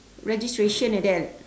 registration like that